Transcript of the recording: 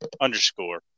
underscore